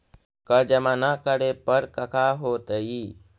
कर जमा ना करे पर कका होतइ?